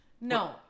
No